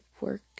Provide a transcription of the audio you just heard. work